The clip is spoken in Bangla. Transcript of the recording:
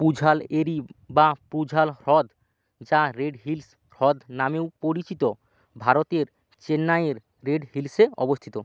পুঝাল এরি বা পুঝাল হ্রদ যা রেড হিলস হ্রদ নামেও পরিচিত ভারতের চেন্নাইয়ের রেড হিলসে অবস্থিত